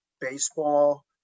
baseball